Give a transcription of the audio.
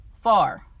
far